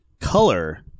color